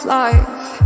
life